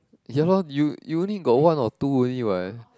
ya lor you you only got one or two only what